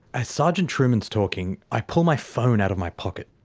as sergeant trueman's talking, i pull my phone out of my pocket.